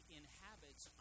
inhabits